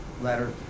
letter